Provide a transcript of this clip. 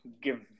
give